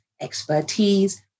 expertise